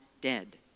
dead